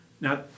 Now